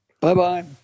Bye-bye